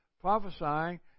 prophesying